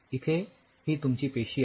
इथे ही तुमची पेशी आहे